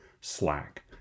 slack